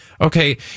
Okay